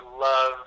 love